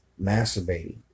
masturbating